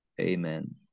Amen